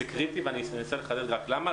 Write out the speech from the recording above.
זה קריטי ואני אנסה לחדד למה.